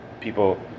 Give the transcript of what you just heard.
people